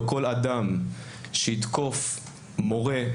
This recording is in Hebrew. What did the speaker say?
או כל אדם שיתקוף מורה,